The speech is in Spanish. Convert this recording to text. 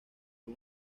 fue